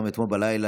גם אתמול בלילה,